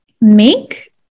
make